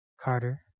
Carter